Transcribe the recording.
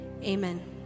Amen